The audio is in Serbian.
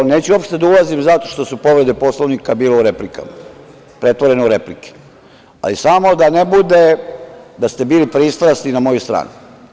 Neću uopšte da ulazim zašto su povrede Poslovnika bile u replikama, pretvorene u replike, ali samo da ne bude da ste bili pristrasni i na mojoj strani.